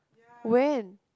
when